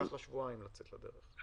לקח לה שבועיים לצאת לדרך.